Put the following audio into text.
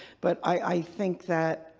but i think that